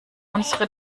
unsere